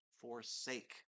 forsake